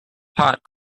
pot